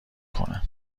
کنه